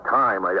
time